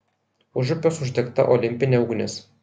užupiuos uždegta olimpinė ugnis